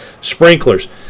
sprinklers